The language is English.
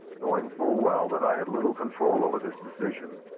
knowing full well that i had little control over this decision,